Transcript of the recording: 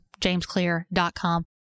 JamesClear.com